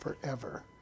forever